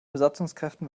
besatzungskräften